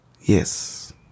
Yes